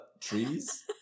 trees